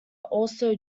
also